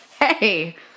Hey